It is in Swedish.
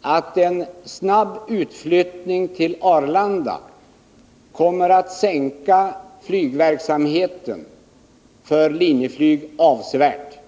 att en snabb utflyttning till Arlanda kommer att sänka flygverksamheten för Linjeflyg avsevärt.